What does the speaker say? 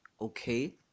okay